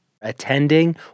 attending